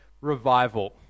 revival